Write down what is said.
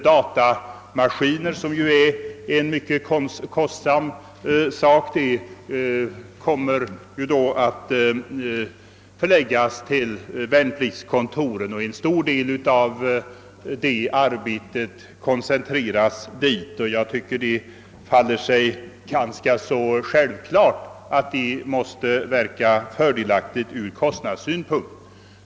Datamaskiner, som ju är mycket kostsamma, kommer däremot endast att förläggas till värnpliktskontoren och en stor del av arbetet kommer att koncentreras dit. Jag tycker det faller sig ganska självklart att detta måste vara fördelaktigt ur kostnadssynpunkt.